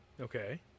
Okay